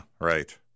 Right